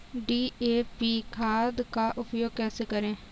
DAP खाद का उपयोग कैसे करें?